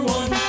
one